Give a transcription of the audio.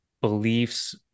beliefs